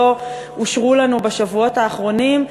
לא אושרו לנו בשבועות האחרונים.